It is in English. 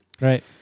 Right